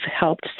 helped